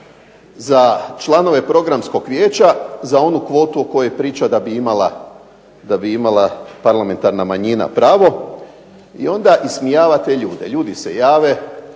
za članove Programskog vijeća za onu kvotu o kojoj priča da bi imala parlamentarna manjina pravo i onda ismijava te ljude. Ljudi se jave,